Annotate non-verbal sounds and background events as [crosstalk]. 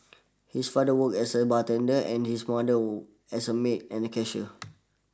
his father worked as a bartender and his mother [noise] as a maid and a cashier [noise]